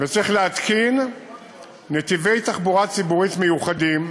וצריך להתקין נתיבי תחבורה ציבורית מיוחדים,